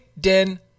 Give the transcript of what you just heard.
Den